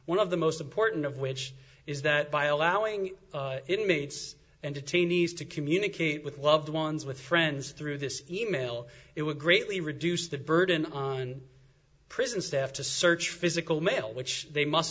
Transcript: one of the most important of which is that by allowing it meets and detainees to communicate with loved ones with friends through this email it would greatly reduce the burden on prison staff to search physical mail which they must